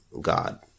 God